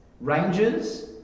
Rangers